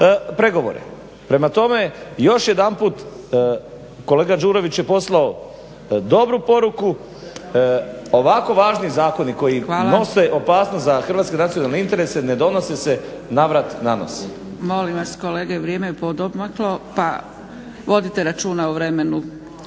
pregovore. Prema tome, još jedanput kolega Đurović je poslao dobru poruku, ovako važni zakoni … /Upadica: Hvala./ … koji nose opasnost za hrvatske nacionalne interese ne donose se navrat nanos. **Zgrebec, Dragica (SDP)** Molim vas kolega vrijeme je poodmaklo pa vodite računa o vremenu.